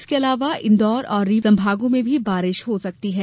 इसके अलावा इंदौर और रीवा संभागों में बारिश कही हो सकती है